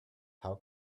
how